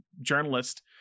journalist